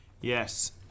Yes